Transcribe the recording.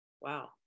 wow